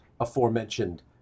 aforementioned